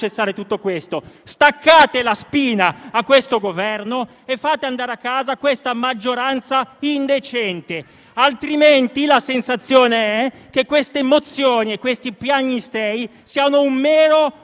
per far cessare tutto ciò: staccate la spina al Governo e fate andare a casa questa maggioranza indecente. Altrimenti, la sensazione è che queste mozioni e questi piagnistei siano un mero